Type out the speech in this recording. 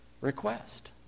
request